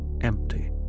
empty